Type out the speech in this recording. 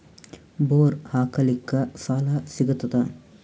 Bore ಹಾಕಲಿಕ್ಕ ಸಾಲ ಸಿಗತದ?